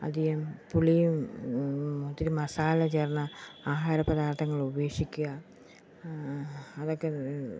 അധികം പുളിയും ഒത്തിരി മസാല ചേര്ന്ന ആഹാരപദാര്ത്ഥങ്ങള് ഉപേക്ഷിക്കുക അതൊക്കെ